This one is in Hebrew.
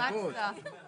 הצבעה ההצבעה אושרה.